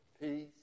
peace